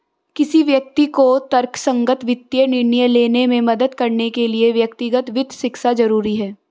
किसी व्यक्ति को तर्कसंगत वित्तीय निर्णय लेने में मदद करने के लिए व्यक्तिगत वित्त शिक्षा जरुरी है